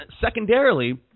Secondarily